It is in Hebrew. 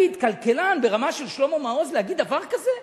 כלכלן ברמה של שלמה מעוז, להגיד דבר כזה?